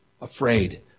afraid